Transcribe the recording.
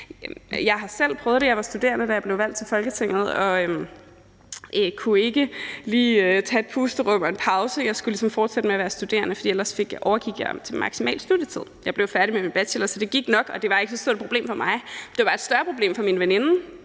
Jeg har selv prøvet det. Jeg var studerende, da jeg blev valgt til Folketinget, og jeg kunne ikke lige tage et pusterum og en pause – jeg skulle ligesom fortsætte med at være studerende, for ellers overgik jeg til maksimal studietid. Jeg blev færdig med min bachelor, så det gik, og det var ikke så stort et problem for mig, men det var et større problem for min veninde,